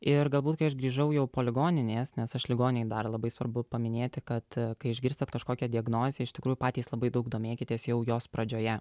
ir galbūt kai aš grįžau jau po ligoninės nes aš ligonėj dar labai svarbu paminėti kad kai išgirstate kažkokią diagnozę iš tikrųjų patys labai daug domėkitės jau jos pradžioje